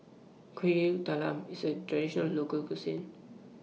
Kuih Talam IS A Traditional Local Cuisine